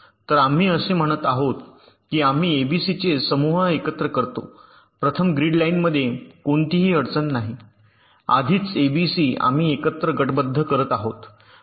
तर आम्ही असे म्हणत आहोत की आम्ही ABC चे समूह एकत्र करतो प्रथम ग्रीड लाइनमध्ये कोणतीही अडचण नाही आधीच एबीसी आम्ही एकत्र गटबद्ध करत आहोत